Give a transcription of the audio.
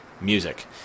music